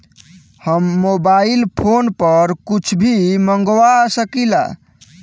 हम mobile phone पर कुछ भी मंगवा सकिला?